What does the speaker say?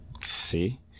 see